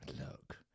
Look